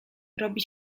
robi